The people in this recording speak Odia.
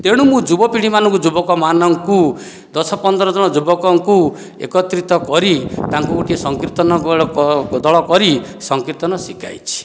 ତେଣୁ ମୁଁ ଯୁବପିଢ଼ିମାନଙ୍କୁ ଯୁବକମାନଙ୍କୁ ଦଶପନ୍ଦର ଜଣ ଯୁବକଙ୍କୁ ଏକତ୍ରିତ କରି ତାଙ୍କୁ ଗୋଟିଏ ସଂକୀର୍ତ୍ତନ କୋଦଳ କରି ସଂକୀର୍ତ୍ତନ ଶିଖାଇଛି